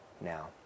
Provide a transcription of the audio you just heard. now